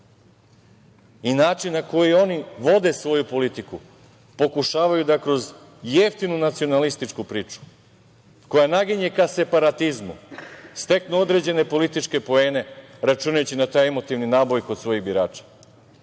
sudbinu. Način na koji oni vode svoju politiku, pokušavaju da kroz jeftinu nacionalističku priču, koja naginje ka separatizmu, steknu određene političke poene, računajući na taj emotivni naboj kod svojih birača. Samo